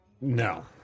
No